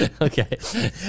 Okay